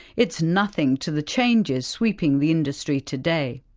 it's nothing to the changes sweeping the industry today.